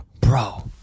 Bro